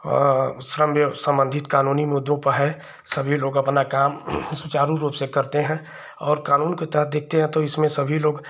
श्रम सम्बन्धित कानूनी मुद्दों पर है सभी लोग अपना काम सुचारु रूप से करते हैं और कानून के तहत देखते हैं तो इसमें सभी लोग